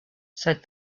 said